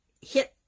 hit